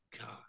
God